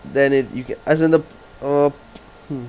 then it you can as in the uh hmm